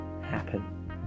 happen